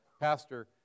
Pastor